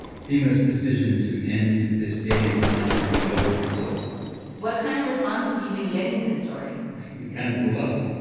fema's decision to end this aid was not sitting well with people what kind of response have you been getting to this story? it kind of blew up.